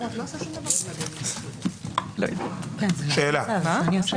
מה השאלה?